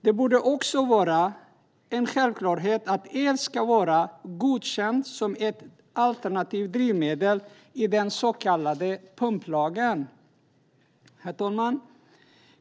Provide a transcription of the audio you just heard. Det borde också vara en självklarhet att el ska vara godkänt som ett alternativt drivmedel i den så kallade pumplagen. Herr talman!